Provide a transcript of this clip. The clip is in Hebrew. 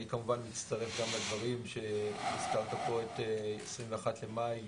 אני כמובן מצטרף גם לדברים שהזכרת פה את ה-21 במאי,